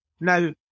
now